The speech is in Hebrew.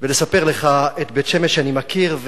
ולספר לך על בית-שמש שאני מכיר,